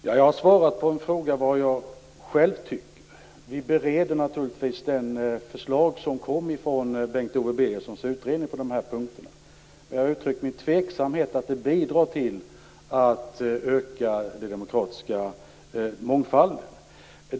Herr talman! Jag har svarat på frågan med att säga vad jag själv tycker. Vi bereder naturligtvis de förslag som kom ifrån Bengt-Ove Birgerssons utredning på de här punkterna. Jag har uttryckt min tveksamhet till att de skulle bidra till att öka den demokratiska mångfalden.